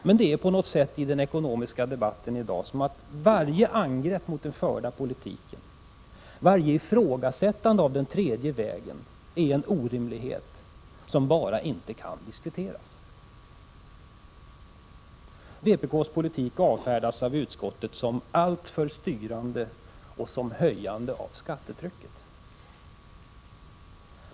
Men det är i den ekonomiska debatten i dag på något sätt så att varje angrepp mot den förda politiken, varje ifrågasättande av den tredje vägen är en orimlighet som bara inte kan diskuteras. Vpk:s politik avfärdas av utskottet som alltför styrande och som höjande av skattetrycket.